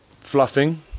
Fluffing